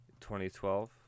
2012